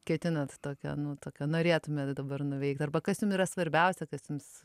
ketinat tokią nu tokią norėtumėt dabar nuveikt arba kas jum yra svarbiausia kas jums